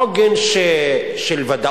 עוגן של ודאות,